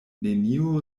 neniu